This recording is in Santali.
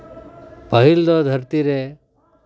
ᱯᱟᱹᱦᱤᱞ ᱫᱚ ᱫᱷᱟᱹᱨᱛᱤ ᱨᱮ